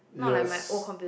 yes